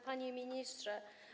Panie Ministrze!